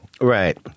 right